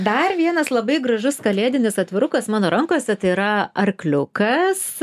dar vienas labai gražus kalėdinis atvirukas mano rankose tai yra arkliukas